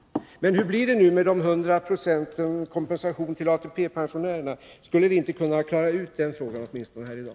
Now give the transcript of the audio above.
Men hur blir det med den 100-procentiga kompensationen till ATP-pensionärerna? Skulle vi inte kunna klara ut den frågan åtminstone här i dag?